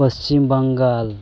Paschim Bengal